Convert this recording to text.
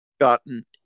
gotten